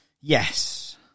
Yes